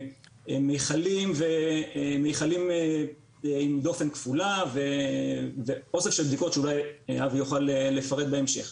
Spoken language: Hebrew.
הם מיכלים עם דופן כפולה ואוסף של בדיקות שאולי אבי יוכל לפרט בהמשך.